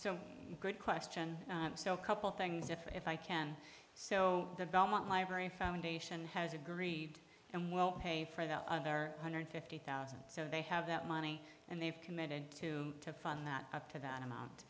so good question so couple things if i can so the belmont library foundation has agreed and won't pay for that other hundred fifty thousand so they have that money and they've committed to to fund that up to that amount